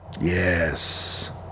Yes